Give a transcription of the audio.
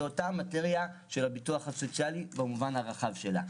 אותה מטרייה של הביטוח הסוציאלי במובן הרחב שלה.